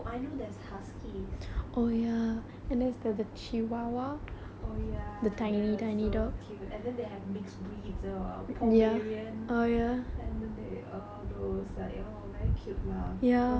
oh ya they're so cute and then they have mixed breeds oh !wow! pomeranians and then they all those like oh very cute lah ரொம்ப ரொம்ப:romba romba cute ah இருக்கும்:irukkum ya வேற என்ன இருக்கு:vera enna irukku